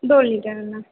दो लीटर वाला